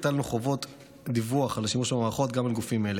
הטלנו חובות דיווח על השימוש במערכות גם על גופים אלה.